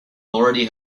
already